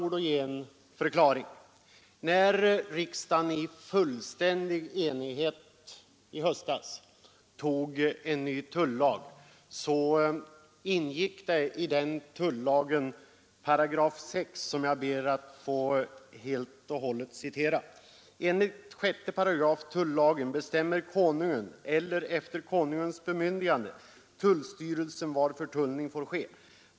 Riksdagen antog i höstas i fullständig enighet en ny tullag. 6 § i den tullagen ber jag att få citera helt och hållet. Den lyder: ”Konungen eller, efter Konungens bemyndigande, generaltullstyrelsen, bestämmer var förtullning får ske.